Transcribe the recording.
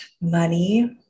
money